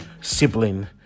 sibling